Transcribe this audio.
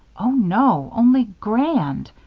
oh, no. only grand.